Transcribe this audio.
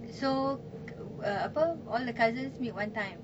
so uh apa all the cousins meet one time